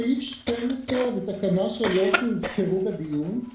סעיף 12 בתקנה 3 הוזכרו בדיון.